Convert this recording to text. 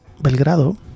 Belgrado